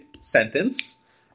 sentence